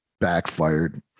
backfired